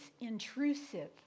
intrusive